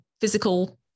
physical